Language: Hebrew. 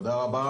תודה רבה.